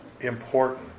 important